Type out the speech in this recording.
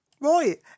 Right